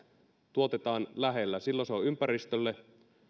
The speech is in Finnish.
tuotetaan lähellä silloin se on ympäristölle